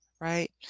right